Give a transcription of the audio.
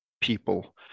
people